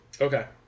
Okay